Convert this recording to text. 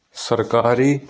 ਸਰਕਾਰੀ